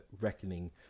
reckoning